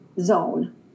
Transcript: zone